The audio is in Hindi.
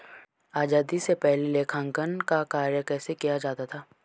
आजादी से पहले लेखांकन का कार्य कैसे किया जाता था?